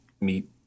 meet